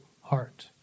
heart